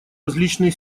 различные